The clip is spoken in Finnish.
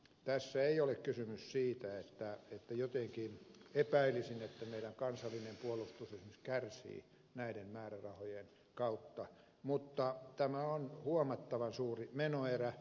tässä ei ole kysymys siitä että jotenkin epäilisin että meidän kansallinen puolustuksemme esimerkiksi kärsii näiden määrärahojen kautta mutta tämä on huomattavan suuri menoerä